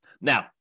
Now